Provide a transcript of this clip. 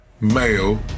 male